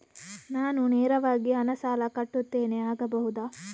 ನಾನು ನೇರವಾಗಿ ಹಣ ಸಾಲ ಕಟ್ಟುತ್ತೇನೆ ಆಗಬಹುದ?